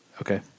Okay